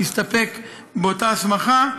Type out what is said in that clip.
הסתפק באותה הסמכה,